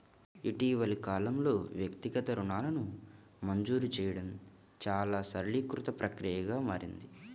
ఇటీవలి కాలంలో, వ్యక్తిగత రుణాలను మంజూరు చేయడం చాలా సరళీకృత ప్రక్రియగా మారింది